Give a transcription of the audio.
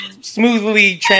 smoothly